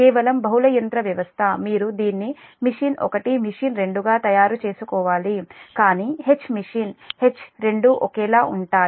కేవలం బహుళ యంత్ర వ్యవస్థ మీరు దీన్ని మెషిన్ 1 మెషిన్ 2 గా తయారు చేసుకోవాలి కానీ Hmachine H రెండూ ఒకేలా ఉంటాయి